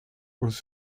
was